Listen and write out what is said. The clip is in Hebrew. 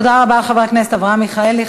תודה רבה לחבר הכנסת אברהם מיכאלי.